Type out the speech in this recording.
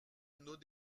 nos